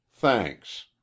Thanks